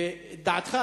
וכן דעתך,